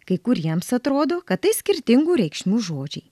kai kuriems atrodo kad tai skirtingų reikšmių žodžiai